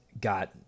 got